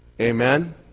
Amen